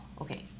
okay